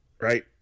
Right